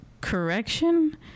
correction